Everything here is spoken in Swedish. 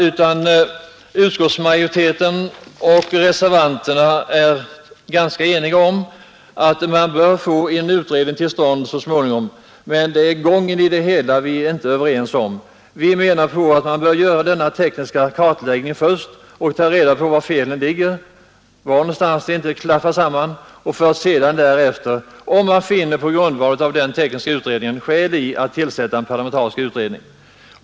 Utskottsmajoriteten och reservanterna är ganska eniga om att man så småningom bör få en utredning till stånd; det är gången av ärendet som vi inte är överens om. Vi menar för vår del att den tekniska kartläggningen bör göras först så att vi får reda på var felen ligger, och därefter kan vi om tekniska utredningen visar att det finns skäl därtill — tillsätta en parlamentarisk utredning.